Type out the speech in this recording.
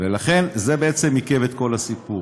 ולכן, זה בעצם עיכב את כל הסיפור.